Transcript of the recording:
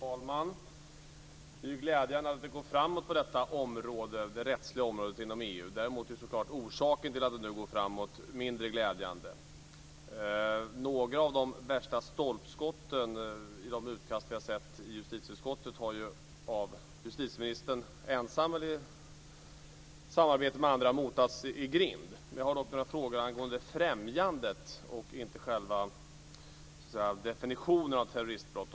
Fru talman! Det är glädjande att det inom EU går framåt på det rättsliga området. Däremot är orsaken till att det nu går framåt självklart mindre glädjande. Några av de värsta stolpskotten i de utkast som vi sett i justitieutskottet har av justitieministern ensam, eller i samarbete med andra, motats i grind. Jag har några undringar angående främjandet, inte själva definitionen av terroristbrott.